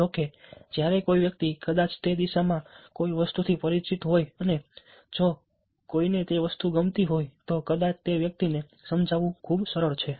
જો કે જ્યારે કોઈ વ્યક્તિ કદાચ તે દિશામાં કોઈ વસ્તુથી પરિચિત હોય અને જો કોઈને તે વસ્તુ ગમતી હોય તો કદાચ તે વ્યક્તિને સમજાવવું ખૂબ સરળ છે